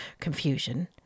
confusion